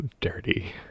dirty